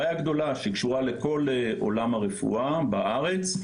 בעיה גדולה שקשורה לכל עולם הרפואה בארץ,